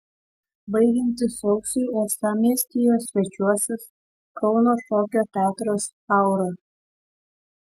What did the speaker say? baigiantis sausiui uostamiestyje svečiuosis kauno šokio teatras aura